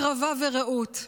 הקרבה ורעות,